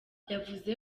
yavuze